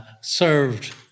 served